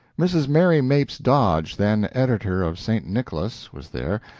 mrs. mary mapes dodge, then editor of st. nicholas, was there,